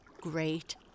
great